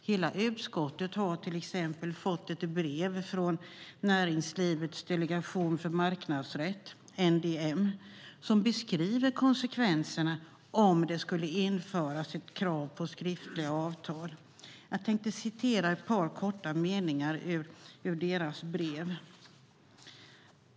Hela utskottet har till exempel fått ett brev från Näringslivets delegation för marknadsrätt, NDM, som beskriver konsekvenserna av om det skulle införas krav på skriftliga avtal. Låt mig återge ett par meningar ur deras brev.